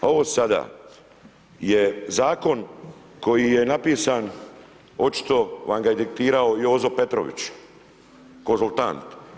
A ovo sada je zakon koji je napisan, očito vam ga je diktirao Jozo Petrović, konzultant.